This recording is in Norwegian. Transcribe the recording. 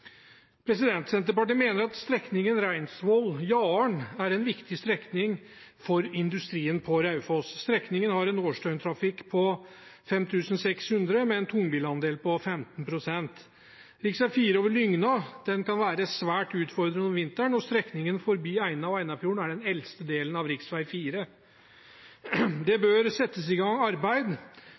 Senterpartiet mener at strekningen Reinsvoll–Jaren er en viktig strekning for industrien på Raufoss. Strekningen har en årsdøgntrafikk på 5 600, med en tungbilandel på 15 pst. Riksveg 4 over Lygna kan være svært utfordrende om vinteren, og strekningen forbi Eina og Einafjorden er den eldste delen av rv. 4. Det bør settes i gang arbeid